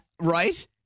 Right